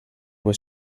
was